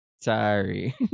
sorry